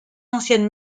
ancienne